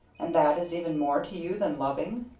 and that is even more to you than loving?